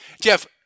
Jeff